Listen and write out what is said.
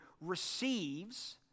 receives